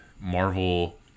Marvel